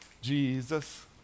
Jesus